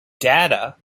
data